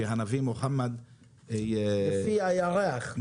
שהנביא מוחמד --- לפי הירח.